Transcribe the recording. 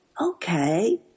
okay